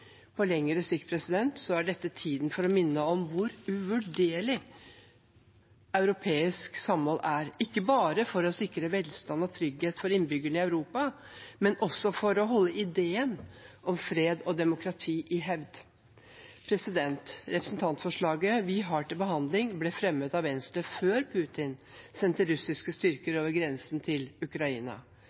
På lengre sikt er dette tiden for å minne om hvor uvurderlig europeisk samhold er, ikke bare for å sikre velstand og trygghet for innbyggerne i Europa, men også for å holde ideen om fred og demokrati i hevd. Representantforslaget vi har til behandling, ble fremmet av Venstre før Putin sendte russiske styrker over grensen til Ukraina.